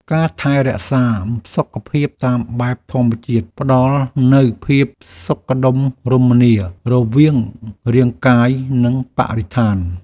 ការថែរក្សាសុខភាពតាមបែបធម្មជាតិ ផ្តល់នូវភាពសុខដុមរមនារវាងរាងកាយ និងបរិស្ថាន។